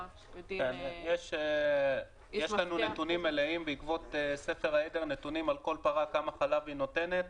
-- יש לנו נתונים מלאים בעקבות ספר העדר כמה חלב כל פרה נותנת.